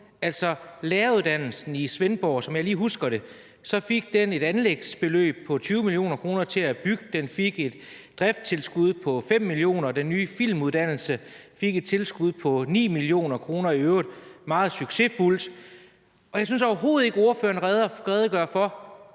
fik læreruddannelsen i Svendborg et anlægsbeløb på 20 mio. kr. til at bygge, og den fik et driftstilskud på 5 mio. kr. Den nye filmuddannelse fik et tilskud på 9 mio. kr., i øvrigt meget succesfuldt. Og jeg synes overhovedet ikke, ordføreren redegør for,